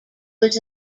was